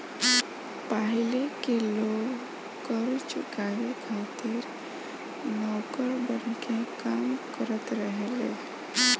पाहिले के लोग कर चुकावे खातिर नौकर बनके काम करत रहले